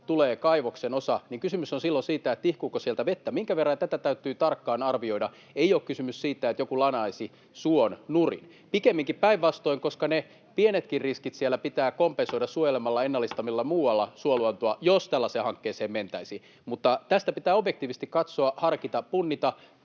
tulee kaivoksen osa, niin kysymys on silloin siitä, tihkuuko sieltä vettä minkä verran, ja tätä täytyy tarkkaan arvioida. Ei ole kysymys siitä, että joku lanaisi suon nurin — pikemminkin päinvastoin, koska ne pienetkin riskit siellä pitää kompensoida suojelemalla, ennallistamalla muualla suoluontoa, jos tällaiseen hankkeeseen mentäisiin. Mutta tätä pitää objektiivisesti katsoa, harkita punnita.